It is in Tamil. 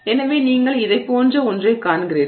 எனவே நீங்கள் இதைப் போன்ற ஒன்றைக் காண்கிறீர்கள்